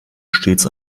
stets